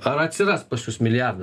ar atsiras pas jus milijardų